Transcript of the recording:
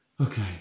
Okay